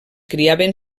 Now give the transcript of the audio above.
criaven